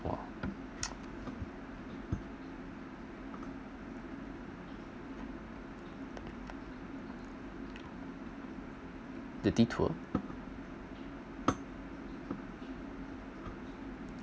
the detour